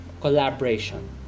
collaboration